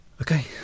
Okay